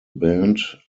band